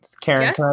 Karen